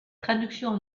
traduction